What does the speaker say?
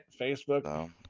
Facebook